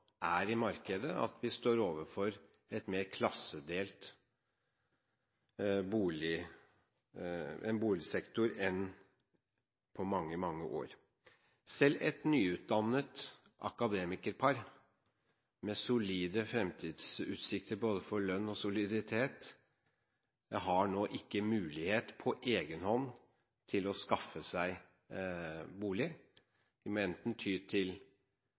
er i markedet, er det faktisk slik at vi står overfor en mer klassedelt boligsektor enn på mange, mange år. Selv et nyutdannet akademikerpar, med solide fremtidsutsikter, både for lønn og soliditet, har nå ikke mulighet til på egenhånd å skaffe seg bolig.